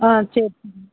ஆ சரி சரிங்க